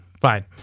Fine